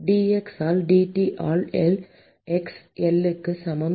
dx ஆல் dT ஆல் x இல் L க்கு சமம் 0